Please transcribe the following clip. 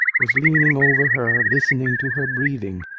was leaning over her listening to her breathing,